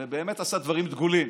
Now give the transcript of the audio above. ובאמת עשה דברים דגולים.